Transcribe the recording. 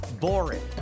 boring